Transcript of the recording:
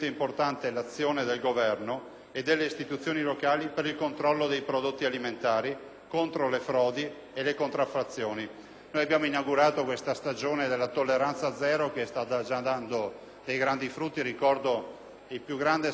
e delle istituzioni locali per il controllo dei prodotti alimentari contro le frodi e le contraffazioni. Abbiamo inaugurato una stagione della tolleranza zero che sta già dando ottimi frutti: ricordo il più grande sequestro della storia di prodotti